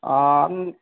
आम्